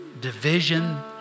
division